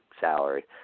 salary